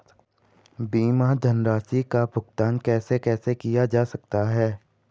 बीमा धनराशि का भुगतान कैसे कैसे किया जा सकता है?